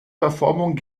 verformung